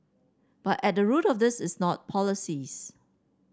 but at the root of this is not policies